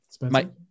Mike